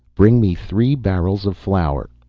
bring me three barrels of flour.